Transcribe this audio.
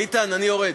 ביטן, אני יורד.